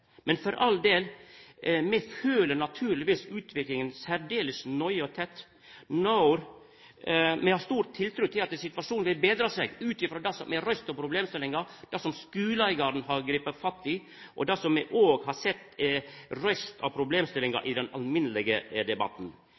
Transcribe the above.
men for all del, me følgjer naturlegvis utviklinga særdeles nøye og tett. Vi har stor tiltru til at situasjonen vil betra seg, ut frå det som er reist av problemstillingar, det som skuleeigaren har gripe fatt i, og det som me òg har sett er reist av problemstillingar i den alminnelege debatten.